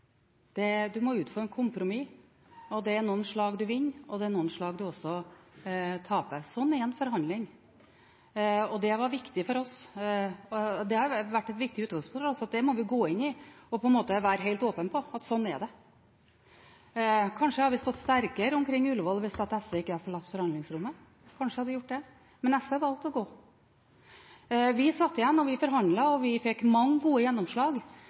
må inngå kompromisser, og det er noen slag man vinner, og det er noen slag man også taper. Slik er det i forhandlinger. Og det har vært et viktig utgangspunkt for oss at det må vi gå inn i og være helt åpne på at slik er det. Kanskje hadde vi stått sterkere omkring Ullevål sykehus hvis SV ikke hadde forlatt forhandlingsrommet? Kanskje hadde vi gjort det. Men SV valgte å gå. Vi satt igjen, vi forhandlet, og vi fikk mange gode gjennomslag.